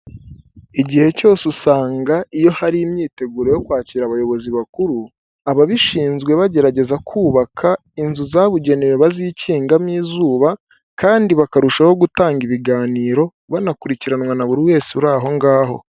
Igihe cyose usanga iyo hari imyiteguro yo kwakira abayobozi bakuru, ababishinzwe bagerageza kubaka inzu zabugenewe bazikingamo izuba kandi bakarushaho gutanga ibiganiro banakurikiranwa na buri wese uri aho ngaho.